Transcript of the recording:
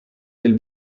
del